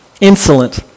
insolent